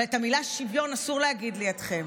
אבל את המילה שוויון אסור להגיד לידכם,